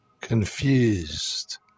confused